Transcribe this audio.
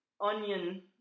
onion